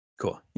cool